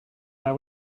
that